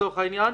לצורך העניין,